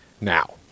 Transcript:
now